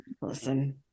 listen